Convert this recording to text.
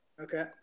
Okay